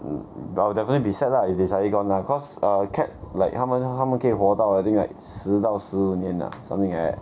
mm mm I will definitely be sad lah if they suddenly gone ah cause err cat like 它们它们可以活到 I think like 十到十五年 ah something like that